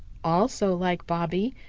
also, like bobby,